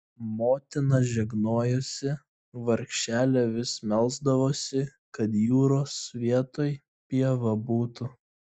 motina žegnojosi vargšelė vis melsdavosi kad jūros vietoj pieva būtų